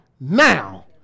now